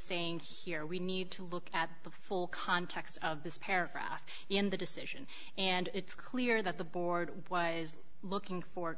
saying here we need to look at the full context of this paragraph in the decision and it's clear that the board was looking for